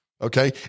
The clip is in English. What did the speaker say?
okay